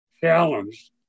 challenged